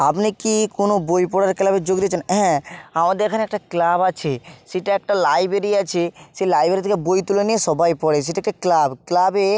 আপনি কি কোনো বই পড়ার ক্লাবে যুক্ত হয়েছেন হ্যাঁ আমাদের এখানে একটা ক্লাব আছে সেটা একটা লাইব্রেরি আছে সেই লাইব্রেরি থেকে বই তুলে নিয়ে সবাই পড়ে সেটা একটা ক্লাব ক্লাবে